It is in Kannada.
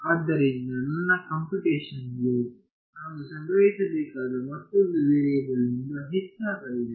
ಆದ್ದರಿಂದ ನನ್ನ ಕಂಪ್ಯೂಟೇಶನಲ್ ಲೋಡ್ ನಾನು ಸಂಗ್ರಹಿಸಬೇಕಾದ ಮತ್ತೊಂದು ವೇರಿಯೇಬಲ್ನಿಂದ ಹೆಚ್ಚಾಗಿದೆ